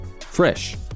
fresh